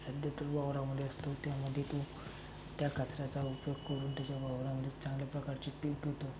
सध्या तो वावरामध्ये असतो त्यामध्ये तो त्या कचऱ्याचा उपयोग करून त्याच्या वावरामध्ये चांगल्या प्रकारचे पीक घेतो